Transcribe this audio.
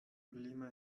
lima